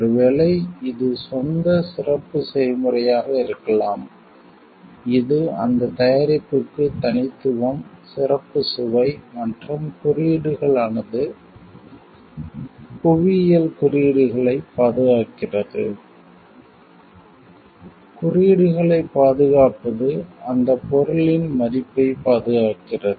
ஒருவேளை இது சொந்த சிறப்பு செய்முறையாக இருக்கலாம் இது அந்த தயாரிப்புக்கு தனித்துவம் சிறப்பு சுவை மற்றும் குறியீடுகள் ஆனது புவியியல் குறியீடுகளைப் பாதுகாக்கிறது குறியீடுகளைப் பாதுகாப்பது அந்தப் பொருளின் மதிப்பைப் பாதுகாக்கிறது